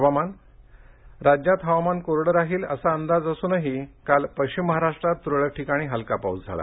हवामान राज्यात हवामान कोरडं राहील असा अंदाज असूनही काल पश्चिम महाराष्ट्रात तुरळक ठिकाणी हलका पाऊस झाला